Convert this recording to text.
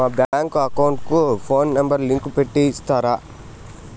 మా bank account కు phone number link పెట్టి ఇస్తారా?